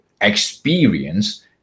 experience